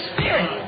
Spirit